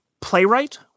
playwright